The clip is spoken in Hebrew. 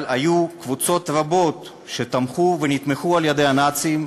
אבל היו קבוצות רבות שתמכו ונתמכו על-ידי הנאצים,